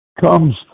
comes